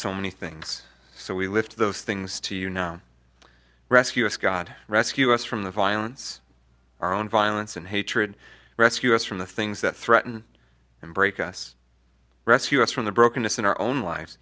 so many things so we lift those things to you know rescue us god rescue us from the violence our own violence and hatred rescue us from the things that threaten and break us rescue us from the brokenness in our own lives